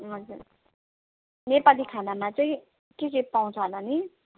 हजुर नेपाली खानामा चाहिँ के के पाउँछ होला नि